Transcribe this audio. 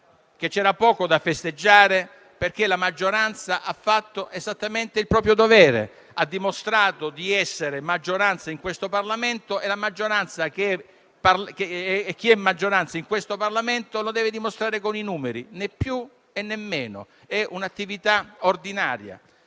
che vi fosse poco da festeggiare, perché la maggioranza ha fatto esattamente il proprio dovere: ha dimostrato di essere maggioranza in questo Parlamento e chi è maggioranza lo deve dimostrare con i numeri, né più, né meno. È un'attività ordinaria.